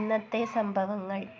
ഇന്നത്തെ സംഭവങ്ങൾ